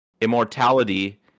Immortality